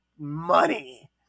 Money